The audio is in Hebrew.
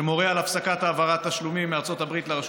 שמורה על הפסקת העברת תשלומים מארצות הברית לרשות